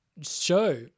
show